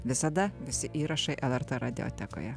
visada visi įrašai lrt radiotekoje